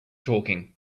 talking